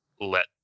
let